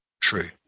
true